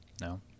No